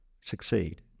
succeed